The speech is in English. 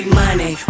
money